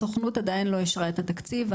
הסוכנות עדיין לא אישורה את התקציבים.